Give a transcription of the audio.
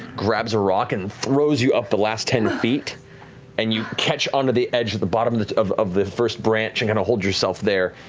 grabs a rock and throws you up the last ten feet and you catch onto the edge of the bottom of of the first branch and and hold yourself there.